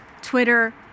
Twitter